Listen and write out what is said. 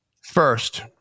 first